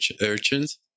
urchins